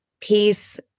peace